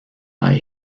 lie